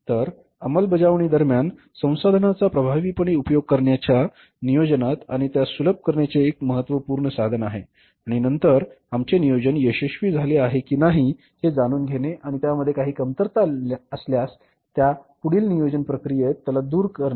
तर अंमलबजावणीदरम्यान संसाधनांचा प्रभावीपणे उपयोग करण्याच्या नियोजनात आणि त्यास सुलभ करण्याचे एक महत्त्वपूर्ण साधन आहे आणि नंतर आमचे नियोजन यशस्वी झाले आहे की नाही हे जाणून घेणे आणि त्यामध्ये काही कमतरता असल्यास त्या पुढील नियोजन प्रक्रियेत त्यांना दूर करा